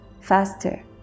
faster